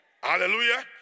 Hallelujah